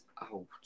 out